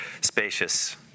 spacious